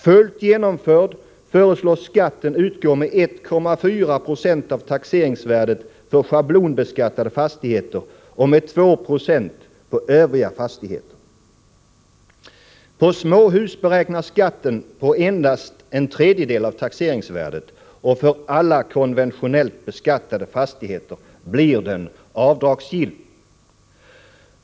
Fullt genomförd föreslås skatten utgå med 1,4 96 av taxeringsvärdet för schablonbeskattade fastigheter och med 2 96 på övriga fastigheter. För småhus beräknas skatten på endast en tredjedel av taxeringsvärdet, och för alla konventionellt beskattade fastigheter blir den avdragsgill.